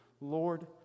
Lord